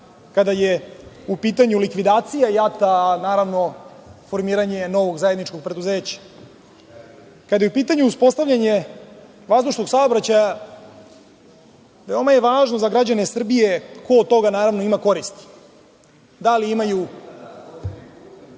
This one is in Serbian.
kada je u pitanju likvidacija JAT, a naravno formiranje novog zajedničkog preduzeća. Kada je u pitanju uspostavljanje vazdušnog saobraćaja, veoma je važno za građane Srbije ko od toga naravno ima koristi. Da li imaju